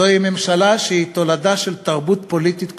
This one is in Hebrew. זוהי ממשלה שהיא תולדה של תרבות פוליטית קלוקלת,